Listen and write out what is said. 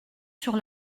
sur